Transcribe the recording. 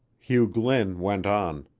hugh glynn went on.